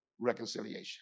reconciliation